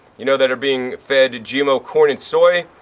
you know, that are being fed gmo corn and soy.